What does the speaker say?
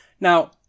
now